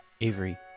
Avery